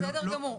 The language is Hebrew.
בסדר גמור.